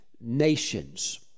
nations